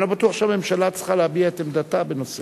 אני לא בטוח שהממשלה צריכה להביע את עמדתה בנושא.